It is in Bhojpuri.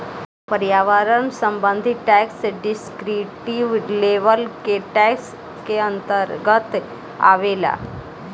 पर्यावरण संबंधी टैक्स डिस्क्रिप्टिव लेवल के टैक्स के अंतर्गत आवेला